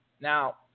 Now